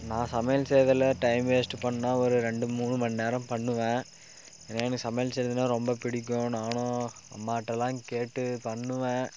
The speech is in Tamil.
நான் சமையல் செய்யுறதுல டைம் வேஸ்ட்டு பண்ணால் ஒரு ரெண்டு மூணு மணி நேரம் பண்ணுவேன் ஏன்னா எனக்கு சமையல் செய்யுறதுன்னா ரொம்ப பிடிக்கும் நானும் அம்மாகிட்டெல்லாம் கேட்டு பண்ணுவேன்